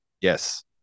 Yes